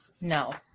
No